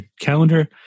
calendar